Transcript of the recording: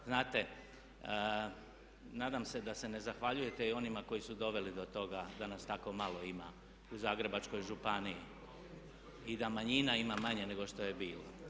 Znate, nadam se da se ne zahvaljujete i onima koji su doveli do toga da nas tako malo ima u Zagrebačkoj županiji i da manjina ima manje nego što je bilo.